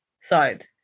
side